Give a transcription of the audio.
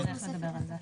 אנחנו צריכים לדבר על זה.